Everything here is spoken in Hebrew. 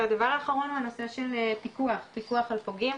והדבר האחרון הוא הנושא של פיקוח על פוגעים,